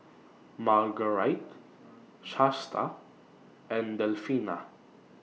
Margarite Shasta and Delfina